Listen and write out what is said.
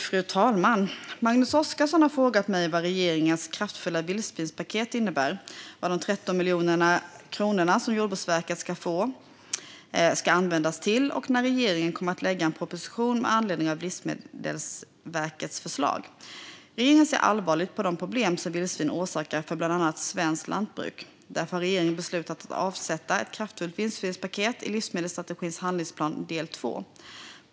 Fru talman! Magnus Oscarsson har frågat mig vad regeringens kraftfulla vildsvinspaket innebär, vad de 13 miljoner kronor som Jordbruksverket ska få ska användas till och när regeringen kommer att lägga fram en proposition med anledning av Livsmedelsverkets förslag. Regeringen ser allvarligt på de problem som vildsvinen orsakar för bland annat svenskt lantbruk. Därför har regeringen beslutat att avsätta ett kraftfullt vildsvinspaket i livsmedelsstrategins handlingsplan del 2.